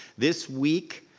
this week,